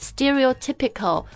Stereotypical